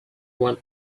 want